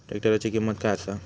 ट्रॅक्टराची किंमत काय आसा?